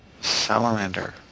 Salamander